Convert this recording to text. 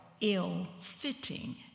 ill-fitting